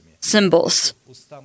symbols